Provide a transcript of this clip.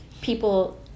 people